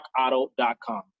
rockauto.com